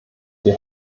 wir